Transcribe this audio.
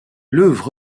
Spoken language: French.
l’œuvre